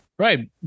Right